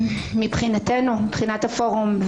מבחינת הפורום,